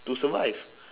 to survive